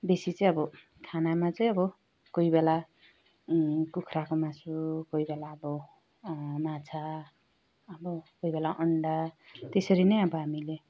बेसी चाहिँ अब खानामा चाहिँ अब कोही बेला कुखुराको मासु कोही बेला अब माछा अब कोही बेला अन्डा त्यसरी नै अब हामीले